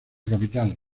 capital